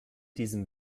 diesem